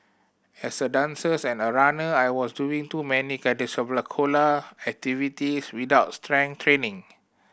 as a dancers and a runner I was doing too many cardiovascular activities without strength training